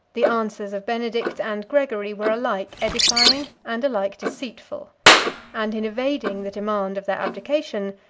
the answers of benedict and gregory were alike edifying and alike deceitful and, in evading the demand of their abdication,